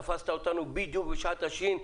תפסת אותנו בדיוק בשעת השי"ן,